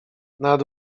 nad